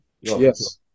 Yes